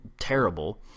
terrible